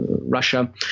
Russia